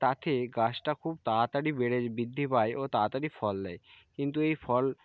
তাতে গাছটা খুব তাড়াতাড়ি বেড়ে বৃদ্ধি পায় ও তাড়াতাড়ি ফল দেয় কিন্তু এই ফল